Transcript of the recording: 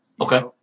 Okay